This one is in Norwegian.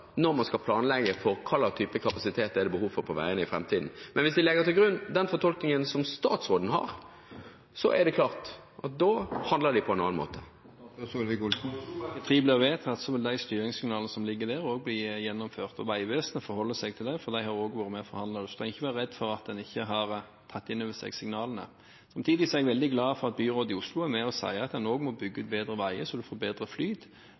når man skal planlegge for hvilken type kapasitet det er behov for på veiene i framtiden. Men hvis de legger til grunn den fortolkningen som statsråden har, er det klart at da handler de på en annen måte. Når Oslopakke 3 blir vedtatt, vil de styringssignalene som ligger der, også bli gjennomført. Vegvesenet forholder seg til det, for de har også vært med på å forhandle. Så representanten skal ikke være redd for at en ikke har tatt inn over seg signalene. Samtidig er jeg veldig grad for at byrådet i Oslo er med og sier at en også må bygge bedre veier, så en får bedre